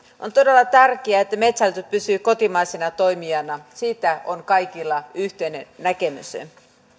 on todella tärkeää että metsähallitus pysyy kotimaisena toimijana siitä on kaikilla yhteinen näkemys